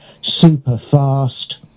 super-fast